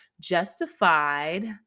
Justified